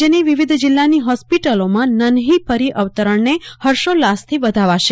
રાજ્યની વિવિધ જિલ્લાની હોસ્પિટલોમાં નન્હી પરી અવતરણ ને હર્ષોલ્લાસથી વધાવાશે